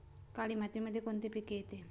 काळी मातीमध्ये कोणते पिके येते?